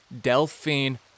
Delphine